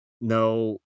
no